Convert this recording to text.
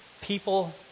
people